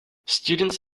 students